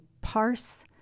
parse